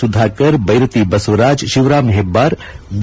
ಸುಧಾಕರ್ ಬ್ಲೆರತಿ ಬಸವರಾಜ್ ಶಿವರಾಮ್ ಹೆಬ್ಲಾರ್ ಬಿ